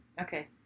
Okay